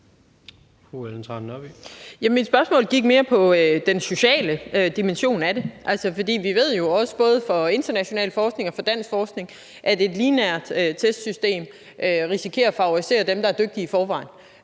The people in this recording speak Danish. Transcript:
Mit spørgsmål gik mere på den sociale dimension af det. Altså, for vi ved jo fra både international forskning og fra dansk forskning, at et lineært testsystem risikerer at favorisere dem, der er dygtige i forvejen.